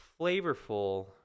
flavorful